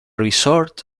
resort